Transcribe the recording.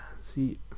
see